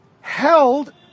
held